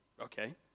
okay